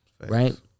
right